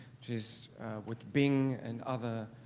just what bing and other